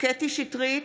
קטי קטרין שטרית,